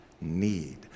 need